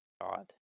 God